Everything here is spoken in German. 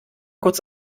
kurz